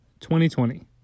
2020